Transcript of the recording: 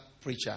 preacher